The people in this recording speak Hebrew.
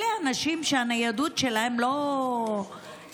אלה אנשים שהניידות שלהם לא פשוטה,